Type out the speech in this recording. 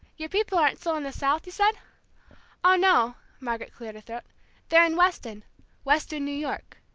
your people aren't still in the south, you said? oh, no! margaret cleared her throat. they're in weston weston, new york.